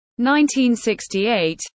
1968